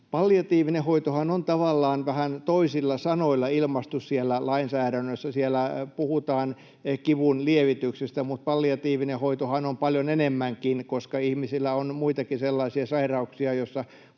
Palliatiivinen hoitohan on tavallaan vähän toisilla sanoilla ilmaistu siellä lainsäädännössä. Siellä puhutaan kivunlievityksestä, mutta palliatiivinen hoitohan on paljon enemmänkin, koska ihmisillä on muitakin sellaisia sairauksia, joissa